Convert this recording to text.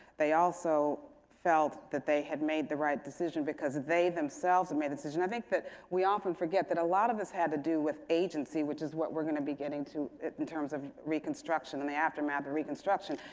they also felt that they had made the right decision because they themselves and made the decision. i think that we often forget that a lot of this had to do with agency, which is what we're going to be getting to in terms of reconstruction and the aftermath of reconstruction.